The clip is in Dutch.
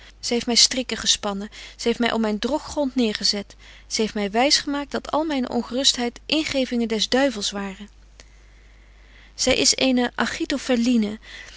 zy heeft my strikken gespannen zy heeft my op myn droggrond neêrgezet zy heeft my wys gemaakt dat al myne ongerustheid ingevingen des duibetje wolff en aagje deken historie van mejuffrouw sara burgerhart vels waren zy is eene achitofellinne